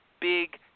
big